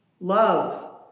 love